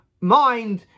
mind